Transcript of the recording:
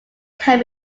can